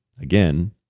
Again